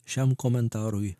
šiam komentarui